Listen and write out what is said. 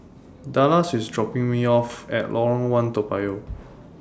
Dallas IS dropping Me off At Lorong one Toa Payoh